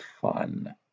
fun